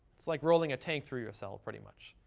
it's like rolling a tank through your cell pretty much.